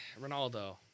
Ronaldo